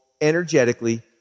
energetically